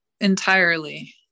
entirely